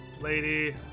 lady